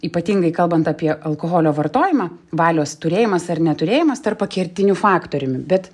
ypatingai kalbant apie alkoholio vartojimą valios turėjimas ar neturėjimas tarpa kertiniu faktoriumi bet